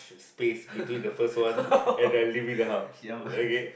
space between the first one and the living the house okay